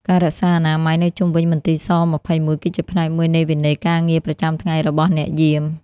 ការរក្សាអនាម័យនៅជុំវិញមន្ទីរស-២១ គឺជាផ្នែកមួយនៃវិន័យការងារប្រចាំថ្ងៃរបស់អ្នកយាម។